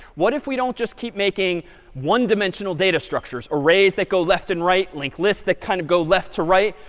what if we don't just keep making one dimensional data structures, arrays that go left and right, linked lists that kind of go left to right?